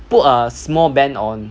put a small ban on